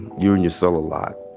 you're in your cell a lot.